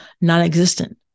non-existent